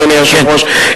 אדוני היושב-ראש,